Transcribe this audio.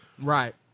Right